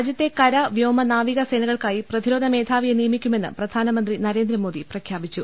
രാജ്യത്തെ കര വ്യോമ നാവിക സേനകൾക്കായി പ്രതിരോധ മേധാവിയെ നിയമിക്കുമെന്ന് പ്രധാനമന്ത്രി നരേന്ദ്രമോദി പ്രഖ്യാപിച്ചു